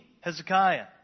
Hezekiah